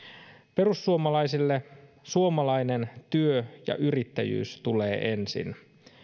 perussuomalaisille suomalainen työ ja yrittäjyys tulee ensin